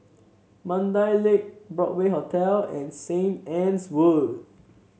Mandai Lake Broadway Hotel and Saint Anne's Wood